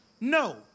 No